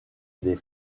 des